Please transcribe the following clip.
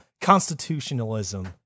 constitutionalism